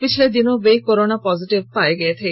पिछले दिनों वे कोरोना पॉजिटिव पाये गये थे